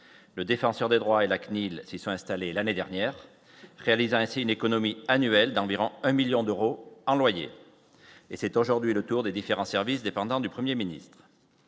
le défenseur des droits, et la CNIL s'y sont installées l'année dernière, réalisant ainsi une économie annuelle d'environ un 1000000 d'euros en loyer et c'est aujourd'hui le tour des différents services dépendant du 1er ministre